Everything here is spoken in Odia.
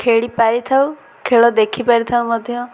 ଖେଳିପାରିଥାଉ ଖେଳ ଦେଖିପାରିଥାଉ ମଧ୍ୟ